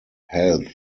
health